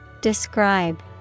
Describe